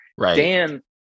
Dan